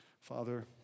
Father